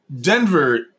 Denver